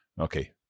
Okay